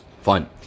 Fine